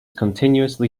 continuously